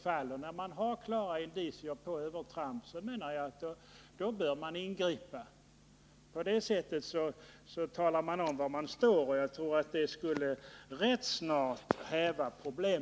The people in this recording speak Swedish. Finns det klara indicier på övertramp, menar jag att man också bör ingripa. På det sättet talar man om var man står, och rätt snart skulle problemet måhända vara ur världen.